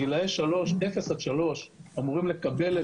גילאי אפס עד שלוש אמורים לקבל את זה בשבוע הבא.